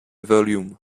volume